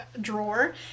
drawer